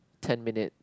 ten minute